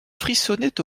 frissonnait